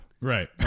Right